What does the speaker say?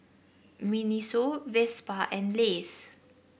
Miniso Vespa and Lays